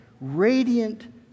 radiant